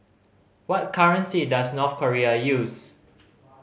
what currency does North Korea use